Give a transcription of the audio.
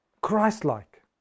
Christ-like